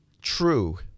true